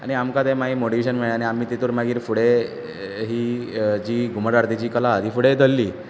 आनी आमकां तें मागीर मॉटिवेशन मेळ्ळें आनी आमी तेतूंत मागीर फुडें ही जी घुमट आरतीची कला हा ती फुडें धरली